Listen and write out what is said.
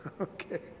okay